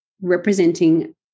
representing